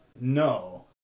No